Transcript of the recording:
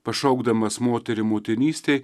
pašaukdamas moterį motinystei